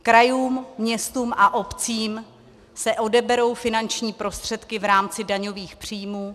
Krajům, městům a obcím se odeberou finanční prostředky v rámci daňových příjmů.